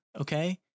Okay